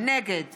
נגד